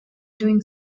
doing